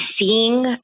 seeing